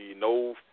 no